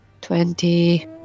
Twenty